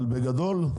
בגדול,